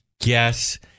guess